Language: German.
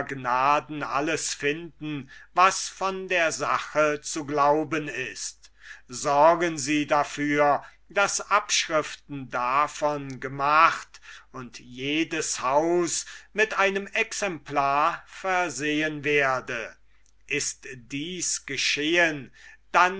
alles finden was von der sache zu glauben ist sorgen sie dafür daß abschriften davon gemacht und jedes haus mit einem exemplar versehen werde ist dies geschehen dann